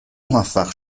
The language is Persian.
موفق